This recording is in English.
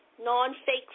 non-fake